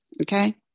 Okay